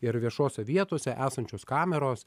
ir viešose vietose esančios kameros